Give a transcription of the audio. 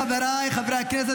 חבריי חברי הכנסת,